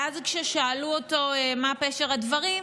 ואז כששאלו אותו מה פשר הדברים,